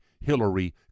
Hillary